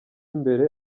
mbere